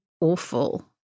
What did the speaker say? awful